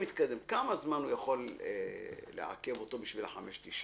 כמה זמן הוא יכול לעכב אותו בשביל ה-5.90,